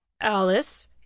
alice